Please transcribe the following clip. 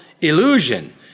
illusion